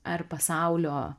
ar pasaulio